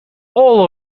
all